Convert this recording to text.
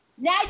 Now